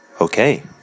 Okay